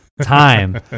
time